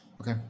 Okay